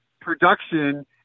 production